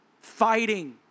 fighting